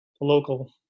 local